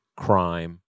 crime